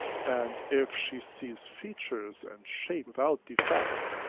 and if she sees features and shape without defect,